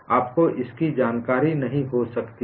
आपको इसकी जानकारी नहीं हो सकती है